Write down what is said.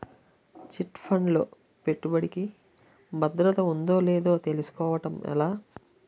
Chit fund లో పెట్టుబడికి భద్రత ఉందో లేదో తెలుసుకోవటం ఎలా?